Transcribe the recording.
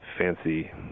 fancy